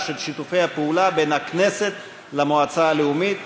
את שיתוף הפעולה בין הכנסת למועצה הלאומית.